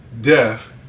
Death